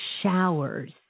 showers